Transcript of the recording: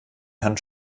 herrn